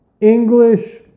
English